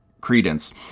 credence